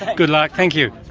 good luck, thank you.